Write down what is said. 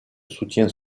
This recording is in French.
soutient